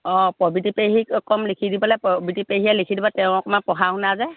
অঁ পবিত্ৰী পেহীক কম লিখি দিবলৈ পবিত্ৰী পেহীয়ে লিখি দিব তেওঁ অকণমান পঢ়া শুনা যে